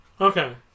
Okay